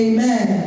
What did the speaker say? Amen